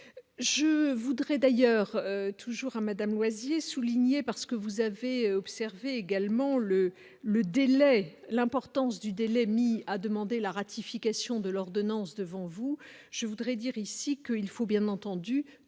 je voudrais d'ailleurs toujours à Madame Loisy et soulignée parce que vous avez observé également le le délai l'importance du délai mis à demander la ratification de l'ordonnance devant vous, je voudrais dire ici que il faut bien entendu tenir